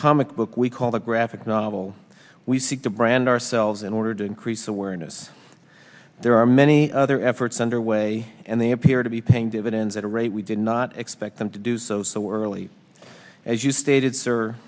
comic book we call the graphic novel we seek to brand ourselves in order to increase awareness there are many other efforts under way and they appear to be paying dividends at a rate we did not expect them to do so so early as you stated sir